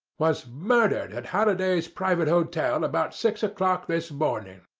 was murdered at halliday's private hotel about six o'clock this morning.